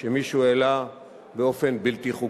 שמישהו העלה באופן בלתי חוקי.